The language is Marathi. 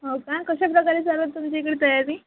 हो का कशा प्रकारे चालू आहे तुमच्या इकडे तयारी